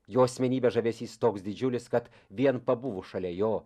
jo asmenybės žavesys toks didžiulis kad vien pabuvus šalia jo